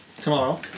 tomorrow